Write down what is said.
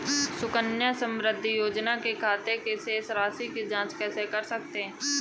सुकन्या समृद्धि योजना के खाते की शेष राशि की जाँच कैसे कर सकते हैं?